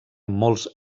molts